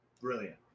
brilliant